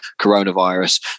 coronavirus